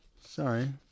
Sorry